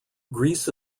greece